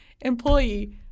employee